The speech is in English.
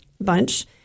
bunch